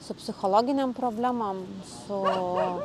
su psichologinėm problemom su